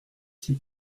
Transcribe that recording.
qui